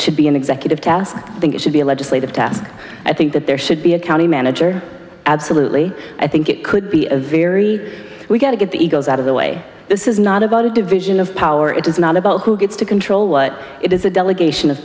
should be an executive task i think it should be a legislative task i think that there should be a county manager absolutely i think it could be a very we get to get the egos out of the way this is not about a division of power it is not about who gets to control what it is a delegation of